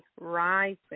rising